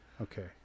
Okay